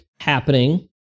happening